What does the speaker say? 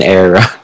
era